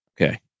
Okay